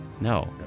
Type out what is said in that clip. No